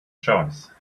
choice